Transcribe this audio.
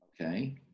Okay